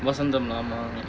vasantham